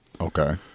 Okay